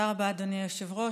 תודה רבה, אדוני היושב-ראש.